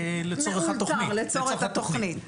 לצורך התוכנית.